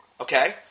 Okay